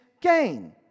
gain